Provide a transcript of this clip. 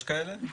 יש כאלה.